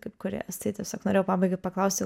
kaip kūrėjas tai tiesiog norėjau pabaigai paklausti